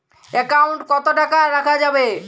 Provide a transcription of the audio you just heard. Account কত টাকা রাখা যাবে?